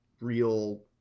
Real